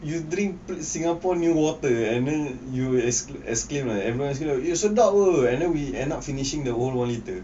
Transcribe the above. you drink singapore new water and then you will excl~ exclaimed eh everyone is like sedap apa and then we end up finishing the whole one litre